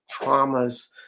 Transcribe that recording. traumas